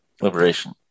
liberation